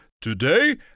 today